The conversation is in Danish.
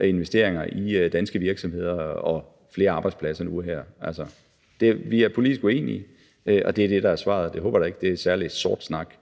investeringer i danske virksomheder og flere arbejdspladser nu og her. Vi er politisk uenige, og det er det, der er svaret. Jeg håber da ikke, det er særlig sort snak.